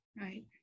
Right